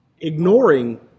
ignoring